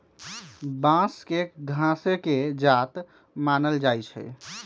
बांस के घासे के जात मानल जाइ छइ